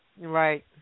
right